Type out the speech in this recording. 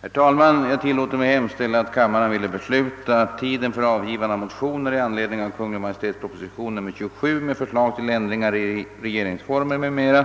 Herr talman! Jag tillåter mig hemställa, att kammaren ville besluta, att tiden för avgivande av motioner i anledning av Kungl. Maj:ts proposition nr 27, med förslag till ändringar i regeringsformen, m.m.,